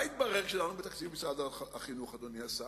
מה התברר כשדנו בתקציב משרד החינוך, אדוני השר?